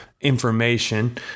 information